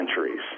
centuries